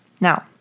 Now